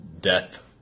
death